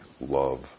love